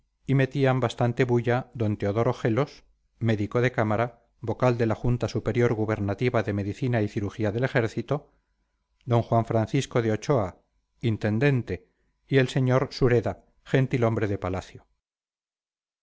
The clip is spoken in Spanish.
y metían bastante bulla d teodoro gelos médico de cámara vocal de la junta superior gubernativa de medicina y cirugía del ejército d juan francisco de ochoa intendente y el sr sureda gentil-hombre de palacio